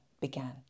began